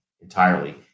entirely